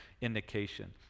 indication